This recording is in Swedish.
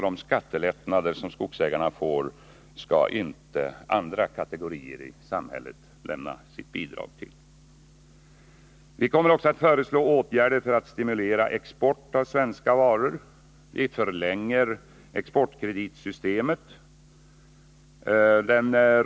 De skattelättnader som skogsägarna får skall alltså inte andra kategorier i samhället lämna sitt bidrag till. Vi kommer också att föreslå åtgärder för att stimulera export av svenska varor. Vi förlänger exportkreditsystemet.